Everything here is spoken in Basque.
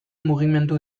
mugimendu